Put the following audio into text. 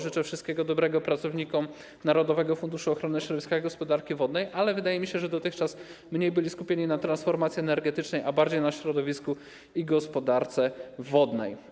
Życzę wszystkiego dobrego pracownikom Narodowego Funduszu Ochrony Środowiska i Gospodarki Wodnej, ale wydaje mi się, że dotychczas mniej byli skupieni na transformacji energetycznej, a bardziej na środowisku i gospodarce wodnej.